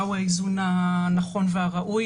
מהו האיזון הנכון והראוי